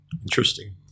Interesting